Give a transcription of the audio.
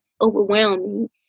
overwhelming